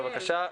בבקשה.